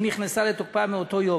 היא נכנסה לתוקפה באותו היום.